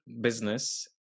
business